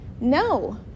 no